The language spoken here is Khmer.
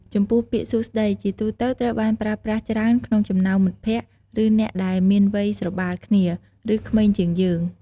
ចំពោះពាក្យ "សួស្តី" ជាទូទៅត្រូវបានប្រើប្រាស់ច្រើនក្នុងចំណោមមិត្តភ័ក្តិ ឬអ្នកដែលមានវ័យស្របាលគ្នា ឬក្មេងជាងយើង។